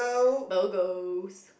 Bogos